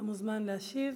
אתה מוזמן להשיב.